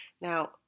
Now